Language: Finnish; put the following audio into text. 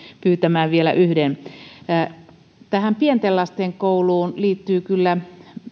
pyytämään vielä yhden puheenvuoron tähän pienten lasten kouluun liittyy kyllä